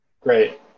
great